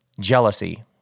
jealousy